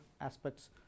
aspects